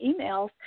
emails